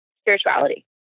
spirituality